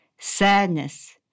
sadness